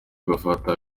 gufata